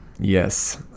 Yes